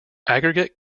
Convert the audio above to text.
aggregate